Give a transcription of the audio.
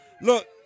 Look